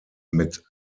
mit